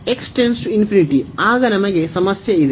ಆಗ ನಮಗೆ ಸಮಸ್ಯೆ ಇದೆ